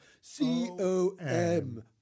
C-O-M